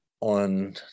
on